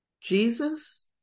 Jesus